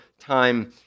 time